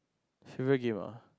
people give ah